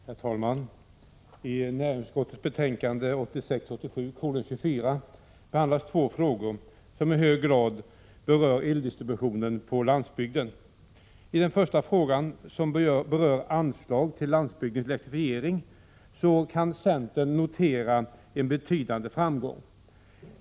Herr talman! I näringsutskottets betänkande 1986/87:24 behandlas två frågor som i hög grad berör eldistributionen på landsbygden. I den första frågan, som berör anslag till landsbygdens elektrifiering, kan centern notera en betydande framgång.